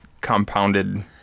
compounded